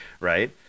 right